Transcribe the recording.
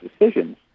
decisions